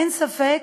אין ספק